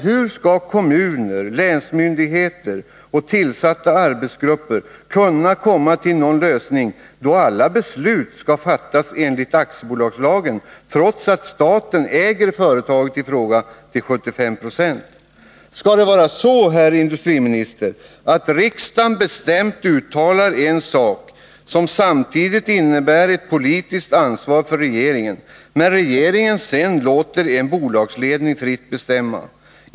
Hur skall kommuner, länsmyndigheter och tillsatta arbetsgrupper kunna komma till någon lösning då alla beslut skall fattas enligt aktiebolagslagen, trots att staten äger företaget i fråga till 75 26? Skall det vara så, herr industriminister, att riksdagen bestämt uttalar en sak, som samtidigt innebär ett politiskt ansvar för regeringen, men att regeringen sedan låter en bolagsledning fritt bestämma?